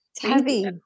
heavy